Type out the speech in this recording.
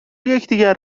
یکدیگر